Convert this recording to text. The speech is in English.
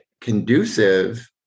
conducive